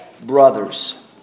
brothers